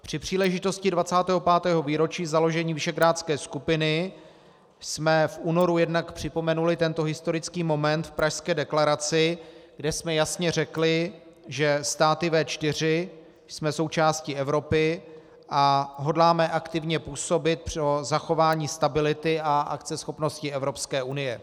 Při příležitosti 25. výročí založení visegrádské skupiny jsme v únoru jednak připomenuli tento historický moment v Pražské deklaraci, kde jsme jasně řekli, že státy V4 jsme součástí Evropy a hodláme aktivně působit pro zachování stability a akceschopnosti Evropské unie.